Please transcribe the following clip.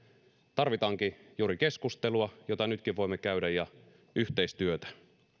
tarvitaankin juuri keskustelua jota nytkin voimme käydä ja yhteistyötä